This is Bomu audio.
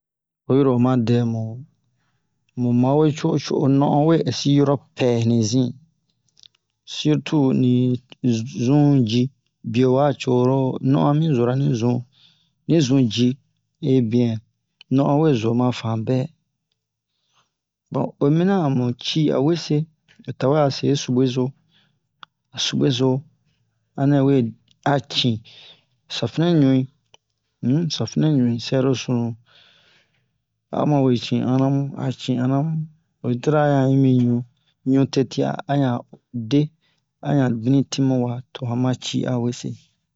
oyi ro oma dɛmu mu ma we co'o co'o non'on we ɛsi yoro pɛ nizin surtu ni zun ji bio wa coro non'on mi zora ni zun ni zun ji ebiɛn non'on we zo ma fanbɛ bon o mina a mu ci a we se o tawe a se sube subezo subeso anɛ we a cin safinɛ ɲui um safinɛ ɲui sɛro sunu a ma we ci'ana mu a ci'ana mu oyi tira a han yi mi ɲui ɲu tete'a a han de a han bini tin mu wa to han ma ci a wese